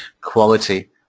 quality